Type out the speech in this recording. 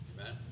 Amen